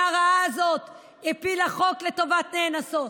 הרעה הזאת הפילה חוק לטובת נאנסות?